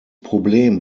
problem